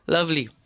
Lovely